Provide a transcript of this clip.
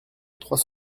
trois